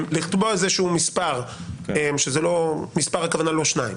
לקבוע איזשהו מספר והכוונה לא שניים.